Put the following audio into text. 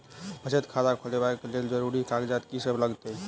बचत खाता खोलाबै कऽ लेल जरूरी कागजात की सब लगतइ?